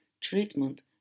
treatment